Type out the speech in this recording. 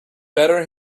better